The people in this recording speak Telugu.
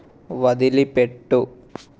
వదిలిపెట్టు